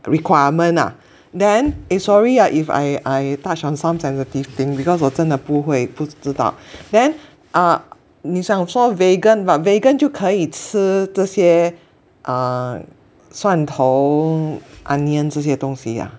the requirement lah then eh sorry ah if I I touch on some sensitive things because 我真的不会不知道 then 啊你讲说 vegan but vegan 就可以吃这些啊蒜头 onions 这些东西啊